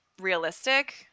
realistic